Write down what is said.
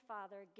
Father